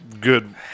good